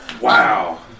Wow